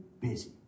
busy